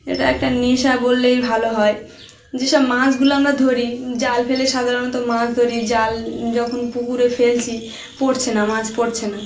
এটা একটা নেশা বললেই ভালো হয় যেসব মাছগুলো আমরা ধরি জাল ফেলে সাধারণত মাছ ধরি জাল যখন পুকুরে ফেলছি পড়ছে না মাছ পড়ছে না